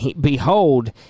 behold